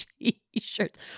T-shirts